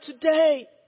today